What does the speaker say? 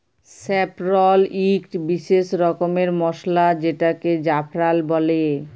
saffron ইকট বিসেস রকমের মসলা যেটাকে জাফরাল বল্যে